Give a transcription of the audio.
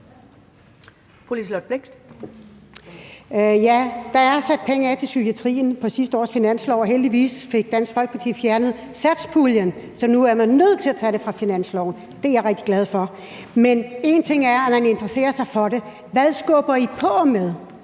Der er sat penge af til psykiatrien på sidste års finanslov, og heldigvis fik Dansk Folkeparti fjernet satspuljen, så nu er man nødt til at tage det fra finansloven; det er jeg rigtig glad for. Men én ting er, at man interesserer sig for det, en anden ting er,